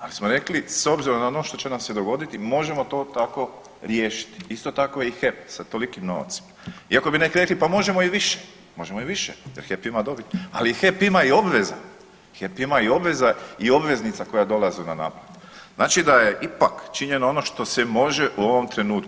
ali smo rekli s obzirom na ono što će nam se dogoditi možemo to tako riješiti, isto tako i HEP sa tolikim novcem, iako bi neki rekli, pa možemo i više, možemo i više jer HEP ima dobit, ali HEP ima i obveza, HEP ima i obveza i obveznica koja dolaze na naplatu, znači da je ipak činjeno ono što se može u ovom trenutku.